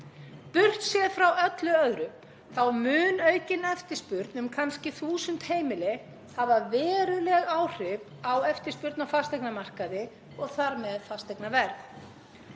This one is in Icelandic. Burt séð frá öllu öðru þá mun aukin eftirspurn kannski þúsund heimila hafa veruleg áhrif á eftirspurn á fasteignamarkaði og þar með fasteignaverð.